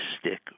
stick